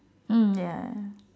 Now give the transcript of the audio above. mm ya